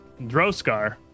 Droskar